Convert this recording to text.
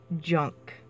junk